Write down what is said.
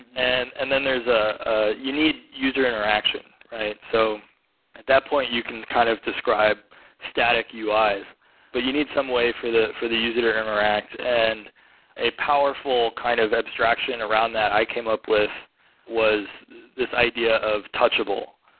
and and then there is a ah you need user interaction, right? so at that point you can kind of describe static uis, but you need some way for the for the user to interact. and a powerful kind of abstraction around that i came up with was this idea of touchable,